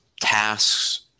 tasks